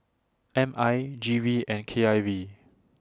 M I G V and K I V